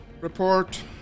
report